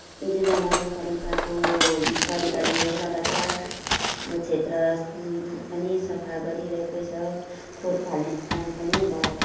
जिल्ला नगरपालिकाको पालिकाले लगातार अब क्षेत्र पनि सफा गरिरहेकै छ फोहोर फाल्ने काम पनि अब